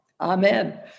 amen